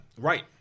right